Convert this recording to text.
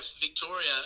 Victoria